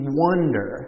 wonder